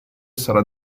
sarà